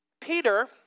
Peter